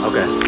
Okay